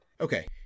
Okay